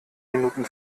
minuten